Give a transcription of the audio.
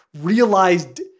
realized